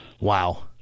Wow